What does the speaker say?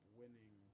winning